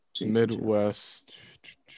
Midwest